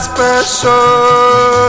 Special